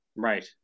Right